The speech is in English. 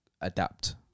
adapt